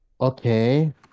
okay